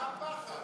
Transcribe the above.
מה הפחד?